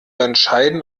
entscheiden